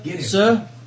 sir